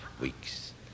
weeks